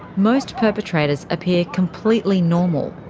most perpetrators appear completely normal.